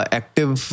active